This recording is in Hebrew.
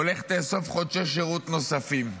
או לך תאסוף חודשי שירות נוספים.